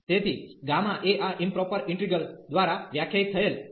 તેથી ગામા એ આ ઈમપ્રોપર ઈન્ટિગ્રલ દ્વારા વ્યાખ્યાયિત થયેલ છે